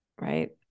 right